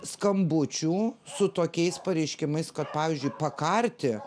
skambučių su tokiais pareiškimais kad pavyzdžiui pakarti